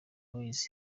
boyz